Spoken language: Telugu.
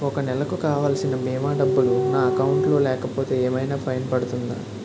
ఒక నెలకు కావాల్సిన భీమా డబ్బులు నా అకౌంట్ లో లేకపోతే ఏమైనా ఫైన్ పడుతుందా?